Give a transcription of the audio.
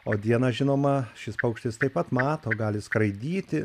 o dieną žinoma šis paukštis taip pat mato gali skraidyti